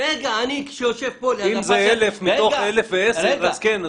אם זה 1,000 מתוך 1,010 אז כן,